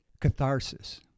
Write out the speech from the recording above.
catharsis